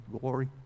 glory